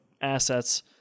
assets